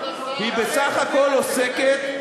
היא בסך הכול עוסקת,